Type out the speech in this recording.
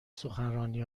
سخنرانی